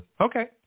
Okay